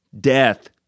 death